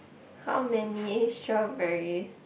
how many strawberries